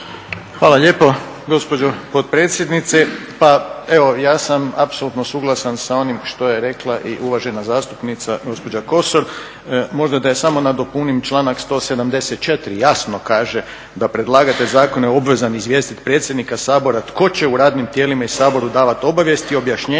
Hvala lijepo gospođo potpredsjednice. Pa evo, ja sam apsolutno suglasan sa onim što je rekla i uvažena zastupnica gospođa Kosor. Možda da je samo nadopunim. Članak 174. jasno kaže da predlagatelj zakona je obvezan izvijestiti predsjednika Sabora tko će u radnim tijelima i Saboru davati obavijesti, objašnjenja,